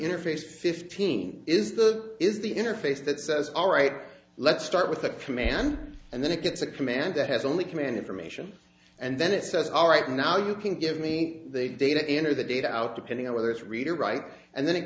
interface fifteen is the is the interface that says alright let's start with a command and then it gets a command that has only command information and then it says all right now you can give me the data enter the data out depending on whether it's read or write and then it